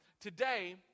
today